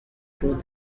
through